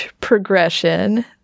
progression